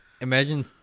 imagine